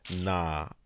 Nah